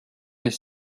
les